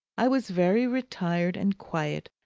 i was very retired and quiet,